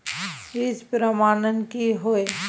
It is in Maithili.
बीज प्रमाणन की हैय?